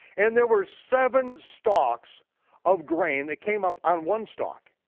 and there were seven stalks of grain that came up on one stalk.